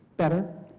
better?